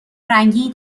رنگی